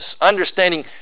understanding